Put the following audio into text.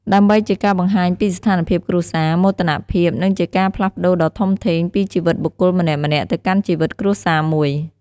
ដើម្បីជាការបង្ហាញពីស្ថានភាពគ្រួសារ មោទនភាព និងជាការផ្លាស់ប្តូរដ៏ធំធេងពីជីវិតបុគ្គលម្នាក់ៗ ទៅកាន់ជីវិតគ្រួសារមួយ។